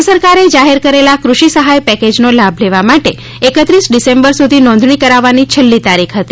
રાજ્ય સરકારે જાહેર કરેલા કૃષિ સહાય પેકેજનો લાભ લેવા માટે એકત્રિસ ડિસેમ્બર સુધી નોંધણી કરાવવાની છેલ્લી તારીખ હતી